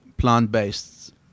plant-based